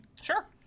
Sure